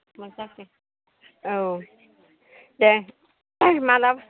मा जाखो औ दे माला